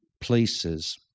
places